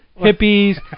hippies